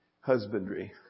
husbandry